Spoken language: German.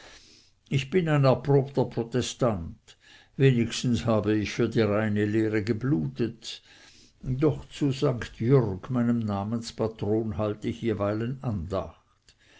ich bin ein erprobter protestant wenigstens habe ich für die reine lehre geblutet doch zu st jürg meinem namenspatron halt ich jeweilen andacht